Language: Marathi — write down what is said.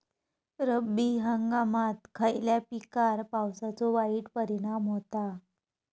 रब्बी हंगामात खयल्या पिकार पावसाचो वाईट परिणाम होता?